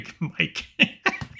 Mike